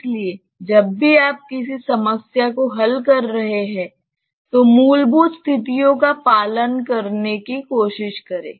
इसलिए जब भी आप किसी समस्या को हल कर रहे हैं तो मूलभूत स्थितियों का पालन करने की कोशिश करें